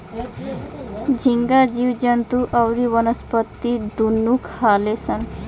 झींगा जीव जंतु अउरी वनस्पति दुनू खाले सन